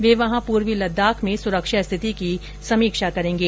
वे वहां पूर्वी लद्दाख में सुरक्षा स्थिति की समीक्षा करेंगे